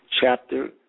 chapter